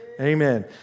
Amen